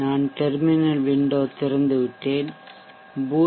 நான் terminal window திறந்துவிட்டேன் boost